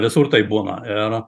visur taip būna ir